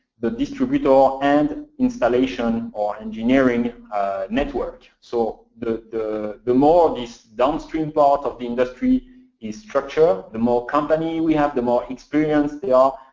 the distributor and installation or engineering network. so the the more this downstream part of the industry is structured, the more company we have, the more experienced they are,